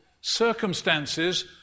circumstances